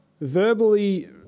verbally